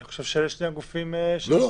אני חושב שאלה שני הגופים שמוחרגים.